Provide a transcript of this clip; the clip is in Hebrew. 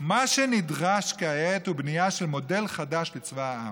"מה שנדרש כעת הוא בנייה של מודל חדש לצבא העם.